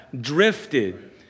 drifted